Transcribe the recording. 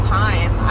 time